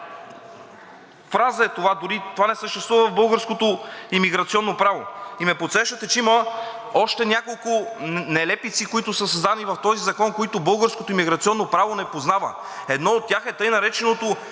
фраза е това? Дори това не съществува в българското имиграционно право! И ме подсещате, че има още няколко нелепици, които са създадени в този закон, които българското имиграционно право не познава. Едно от тях е така нареченото